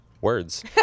words